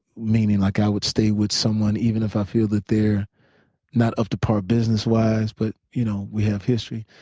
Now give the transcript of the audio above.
meaning like i would stay with someone even if i feel that they're not up to par business-wise but you know we have history.